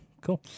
cool